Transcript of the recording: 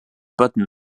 button